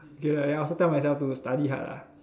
ya ya so tell myself to study hard lah